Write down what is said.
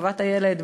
של טובת הילד,